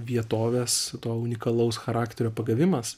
vietovės unikalaus charakterio pagavimas